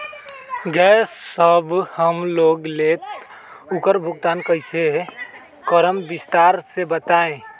Gas जब हम लोग लेम त उकर भुगतान कइसे करम विस्तार मे बताई?